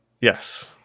Yes